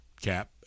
cap